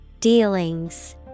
Dealings